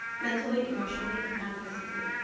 mentally, emotionally, and physically.